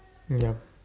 yup